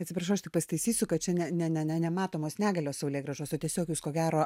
atsiprašau aš tik pasitaisysiu kad čia ne ne ne nematomos negalios saulėgrąžos o tiesiog jūs ko gero